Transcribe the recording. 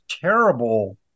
terrible